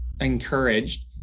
encouraged